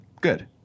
good